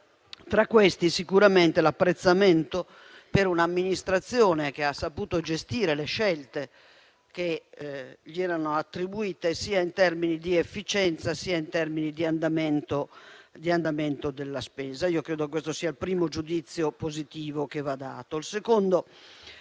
Tra questi, vi è sicuramente l'apprezzamento per un'Amministrazione che ha saputo gestire le scelte che le erano attribuite, sia in termini di efficienza sia in termini di andamento della spesa. Io credo che questo sia il primo giudizio positivo che va dato.